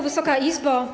Wysoka Izbo!